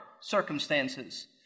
circumstances